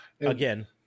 Again